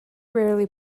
rarely